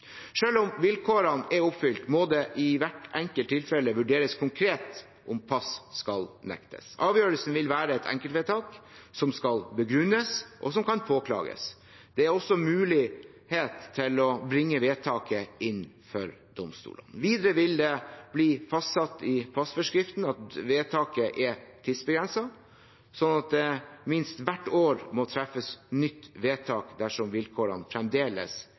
om vilkårene er oppfylt, må det i hvert enkelt tilfelle vurderes konkret om pass skal nektes. Avgjørelsen vil være et enkeltvedtak som skal begrunnes, og som kan påklages. Det er også mulighet til å bringe vedtaket inn for domstolene. Videre vil det bli fastsatt i passforskriften at vedtaket er tidsbegrenset, slik at det minst hvert år må fattes nytt vedtak dersom vilkårene fremdeles